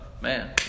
man